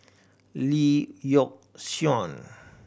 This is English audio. Lee Yock Suan